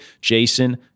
Jason